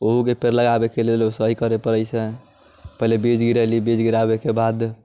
उहोके पेड़ भी लगाबैके लेल ऐसेही करऽ पड़ै छै पहले बीज गिरैली बीज गिराबेके बाद